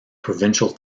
provincial